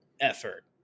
effort